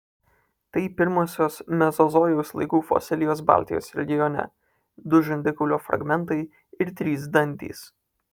tai pirmosios mezozojaus laikų fosilijos baltijos regione du žandikaulio fragmentai ir trys dantys